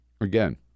Again